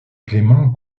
clément